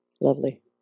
Lovely